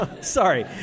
Sorry